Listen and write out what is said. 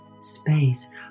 space